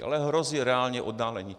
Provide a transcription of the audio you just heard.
Ale hrozí reálně oddálení.